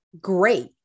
great